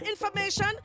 information